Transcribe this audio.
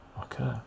Okay